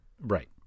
Right